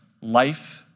life